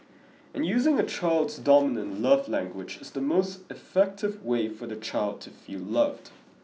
and using a child's dominant love language is the most effective way for the child to feel loved